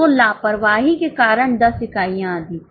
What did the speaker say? तो लापरवाही के कारण 10 इकाइयां अधिक हैं